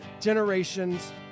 generations